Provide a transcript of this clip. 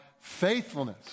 faithfulness